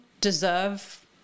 deserve